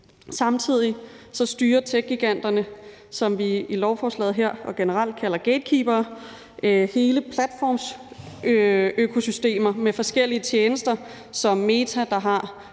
Samtidig styrer techgiganterne, som vi i lovforslaget her og generelt kalder gatekeepere, hele platformsøkosystemer med forskellige tjenester, som Meta, der har